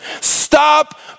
stop